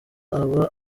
aba